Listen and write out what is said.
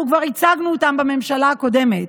אנחנו כבר הצגנו אותם בממשלה הקודמת: